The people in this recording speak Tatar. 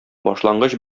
башлангыч